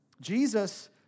Jesus